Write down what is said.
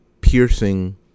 piercing